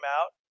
out